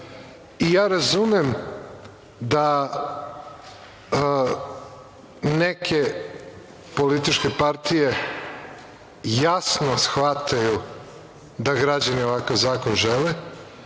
razumem da neke političke partije, jasno shvataju da građani ovakav zakon žele